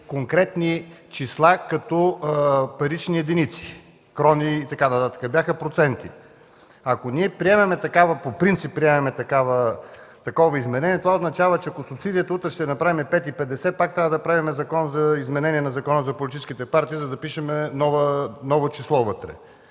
конкретни числа като парични единици – крони и така нататък, бяха проценти. Ако ние приемем по принцип такова изменение, това означава, че ако субсидията утре ще я направим 5,50, пак трябва да правим Закон за изменение на Закона за политическите партии, за да пишем ново число вътре.